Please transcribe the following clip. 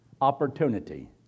opportunity